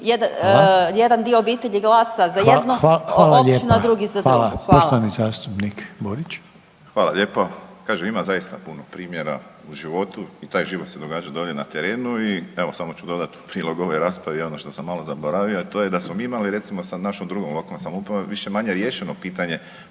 Hvala lijepa. Hvala. /... općinu, a drugi za drugu. Hvala. **Reiner, Željko (HDZ)** Poštovani zastupnik Borić. **Borić, Josip (HDZ)** Hvala lijepo. Kažem, ima zaista puno primjera u životu i taj život se događa dolje na terenu i evo, samo ću dodati u prilog ovoj raspravi, ono što sam malo zaboravio, a to je da smo mi imali recimo, sa našom drugom lokalnom samoupravom više-manje riješeno pitanje